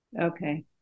Okay